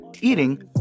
eating